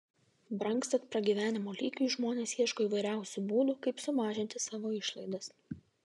brangstant pragyvenimo lygiui žmonės ieško įvairiausių būdų kaip sumažinti savo išlaidas